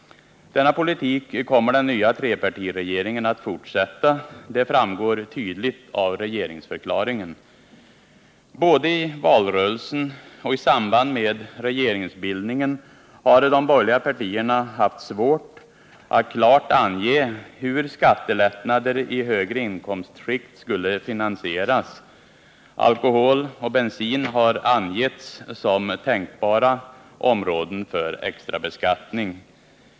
Denna politik kommer den nya trepartiregeringen att fortsätta. Det framgår tydligt av regeringsförklaringen. Både i valrörelsen och i samband med regeringsbildningen har de borgerliga partierna haft svårt att klart ange hur skattelättnader i högre inkomstskikt skulle finansieras. Alkohol och bensin har angetts som tänkbara objekt för extrabeskattning.